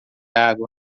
água